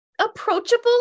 approachable